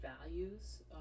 values